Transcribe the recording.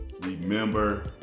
Remember